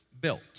built